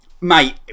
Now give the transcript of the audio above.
Mate